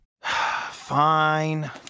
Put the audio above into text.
Fine